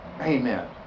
Amen